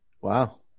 Wow